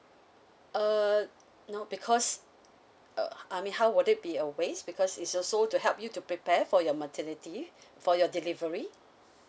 uh no because uh I mean how would it be a waste because is also to help you to prepare for your maternity for your delivery